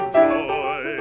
joy